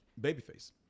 Babyface